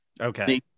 Okay